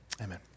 amen